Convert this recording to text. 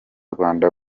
rwanda